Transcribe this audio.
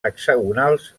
hexagonals